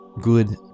good